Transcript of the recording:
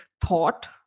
thought